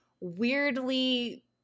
weirdly